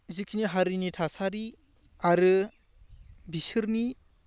जिखिनि हारिनि थासारि आरो बिसोरनि